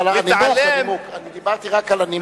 אבל אני דיברתי רק על הנימוק.